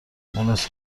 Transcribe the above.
مونس